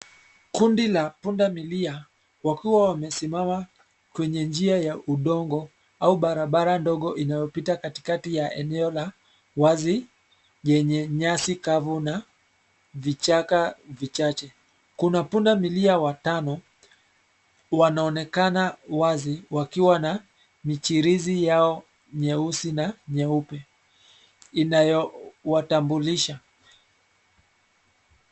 Kundi la punda milia wakiwa wamesimama kwenye njia ya udongo au barabara ndogo inayopita katikati ya eneo la wazi yenye nyasi kavu na vichaka vichache. Kuna punda milia watano wanaonekana wazi wakiwa na michirizi yao nyeusi na nyeupe inayowatambulisha.